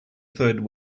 third